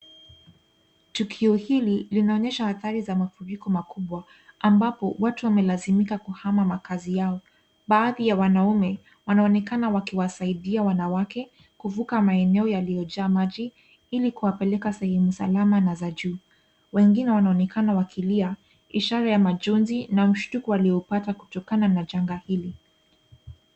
Tukio hili linaonyesha hatari za mafuriko makubwa. Ambapo watu wamelazimika kuhama makazi yao. Baadhi ya wanaume wanaonekana wakiwasaidia wanawake kuvuka maeneo yaliyojaa maji ili kuwapeleka sehemu salama na za juu. Wengine wanaonekana wakilia ishara ya majonzi na mshtuko waliopata kutokana na janga hili.